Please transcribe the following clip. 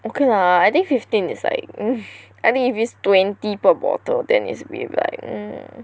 okay lah I think fifteen is like I think if it's twenty per bottle then it's a bit like